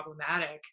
problematic